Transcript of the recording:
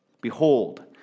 Behold